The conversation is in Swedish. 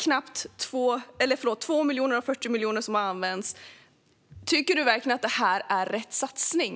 Med dessa siffror, som du nu har fått från mig, tycker du verkligen att det här är rätt satsning?